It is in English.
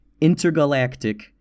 intergalactic